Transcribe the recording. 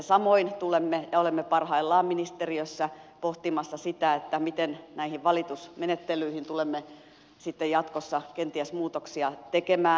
samoin olemme parhaillaan ministeriössä pohtimassa sitä miten näihin valitusmenettelyihin tulemme sitten jatkossa kenties muutoksia tekemään